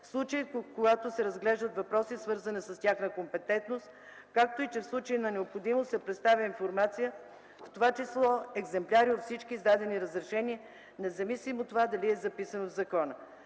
в случаите, когато се разглеждат въпроси, свързани с тяхната компетентност, както и че в случай на необходимост се предоставя информация, в това число екземпляри от всички издадени разрешения, независимо дали това е записано в закона.